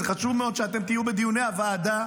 זה חשוב מאוד שתהיו בדיוני הוועדה.